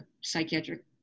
psychiatric